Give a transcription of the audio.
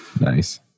Nice